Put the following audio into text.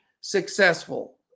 successful